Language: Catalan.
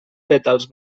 pètals